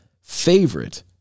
favorite